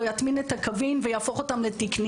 יטמין את הקווים ויהפוך אותם לתקניים.